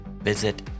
Visit